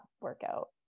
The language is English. workout